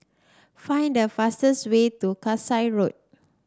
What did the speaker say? find the fastest way to Kasai Road